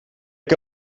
que